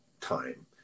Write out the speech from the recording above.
time